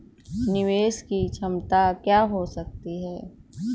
निवेश की क्षमता क्या हो सकती है?